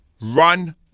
run